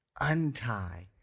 untie